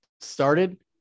started